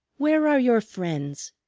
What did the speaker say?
where are your friends?